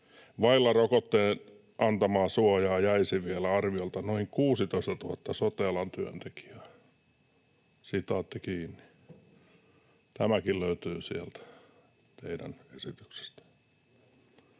vaille rokotteen antamaa suojaa jäisi arviolta vielä noin 16 000 sote-alan työntekijää.” Tämäkin löytyy sieltä teidän esityksestänne.